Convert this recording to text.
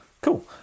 Cool